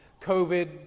COVID